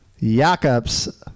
Jakobs